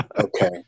Okay